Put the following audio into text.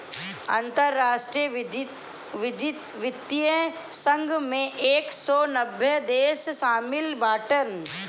अंतरराष्ट्रीय वित्तीय संघ मे एक सौ नब्बे देस शामिल बाटन